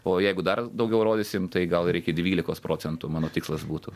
o jeigu dar daugiau rodysim tai gal ir iki dvylikos procentų mano tikslas būtų